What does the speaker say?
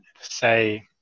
say